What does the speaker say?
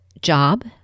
job